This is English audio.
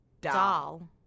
Doll